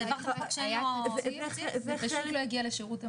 העברנו תקציב, הוא פשוט לא הגיע לשירות המזון.